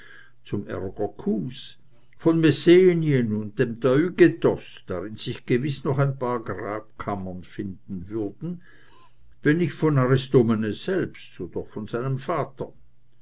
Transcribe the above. zum ärger kuhs von messenien und dem taygetos darin sich gewiß noch ein paar grabkammern finden würden wenn nicht von aristomenes selbst so doch von seinem vater